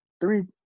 three